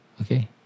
okay